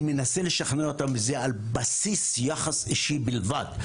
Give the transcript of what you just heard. אני מנסה לשכנע אותם וזה על בסיס יחס אישי בלבד.